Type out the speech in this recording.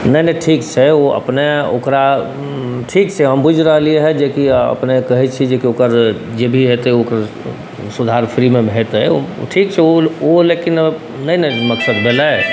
नहि नहि ठीक छै ओ अपनेँ ठीक छै हम बुझि रहलिए जेकि अपनेँ कहै छी जे ओकर जे भी हेतै ओकर सुधार फ्रीमे हेतै ठीक छै ओ लेकिन नहि ने मकसद भेलै